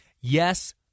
Yes